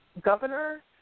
governor